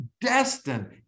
destined